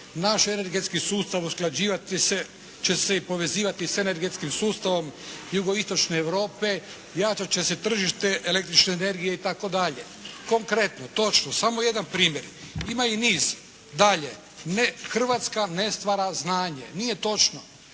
naš energetski sustav usklađivat će se i povezivati s energetskim sustavom jugo-istočne Europe, jačat će se tržište električne energije" itd. Konkretno, točno samo jedan primjer, ima i niz dalje. Dalje, Hrvatska ne stvara znanje. Nije točno.